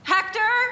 Hector